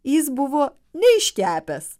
jis buvo neiškepęs